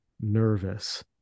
nervous